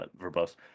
verbose